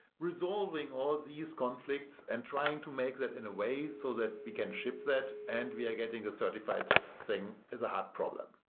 resolving all these conflicts and trying to make that in a way so that we can ship that and we are getting the certified thing is a hard problem.